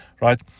right